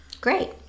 Great